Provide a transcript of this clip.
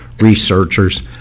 researchers